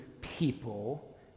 people